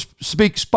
speak